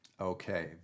Okay